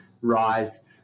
rise